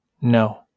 No